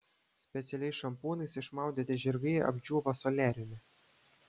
specialiais šampūnais išmaudyti žirgai apdžiūva soliariume